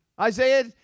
Isaiah